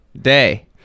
day